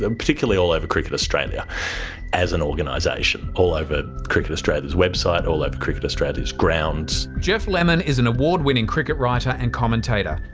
and particularly all over cricket australia as an organisation, all over cricket australia's website, all over cricket australia's grounds. geoff lemon is an award-winning cricket writer and commentator.